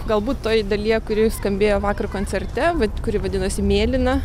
galbūt toj dalyje kuri skambėjo vakar koncerte vat kuri vadinosi mėlyna